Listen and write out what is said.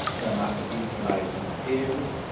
now, maccabee somebody to my peers.